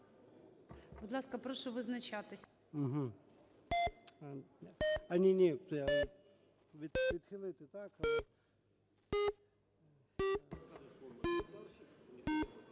Будь ласка, прошу визначатись.